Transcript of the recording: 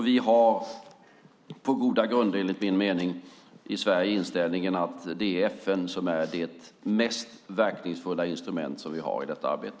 Vi har på goda grunder, enligt min mening, i Sverige inställningen att det är FN som är det mest verkningsfulla instrument som vi har i detta arbete.